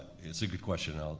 it's a good question, ah